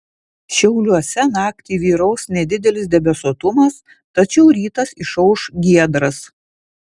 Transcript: šiauliuose naktį vyraus nedidelis debesuotumas tačiau rytas išauš giedras